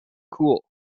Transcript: cool